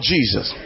Jesus